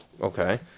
Okay